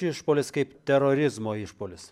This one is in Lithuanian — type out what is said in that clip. išpuolis kaip terorizmo išpuolis